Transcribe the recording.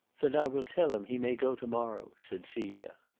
then i will tell him he may go to-morrow, said celia.